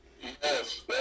Yes